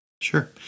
Sure